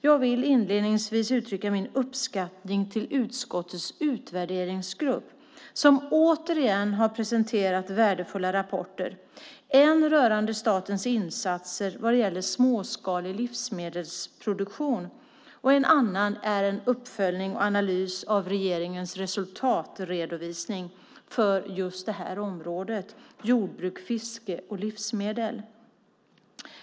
Jag vill inledningsvis uttrycka min uppskattning till utskottets utvärderingsgrupp som återigen har presenterat värdefulla rapporter, en rörande statens insatser vad gäller småskalig livsmedelsproduktion och en annan rörande uppföljning och analys av regeringens resultatredovisning för just det här området, det vill säga jordbruk, fiske och livsmedel.